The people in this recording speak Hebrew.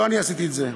לא אני עשיתי את זה,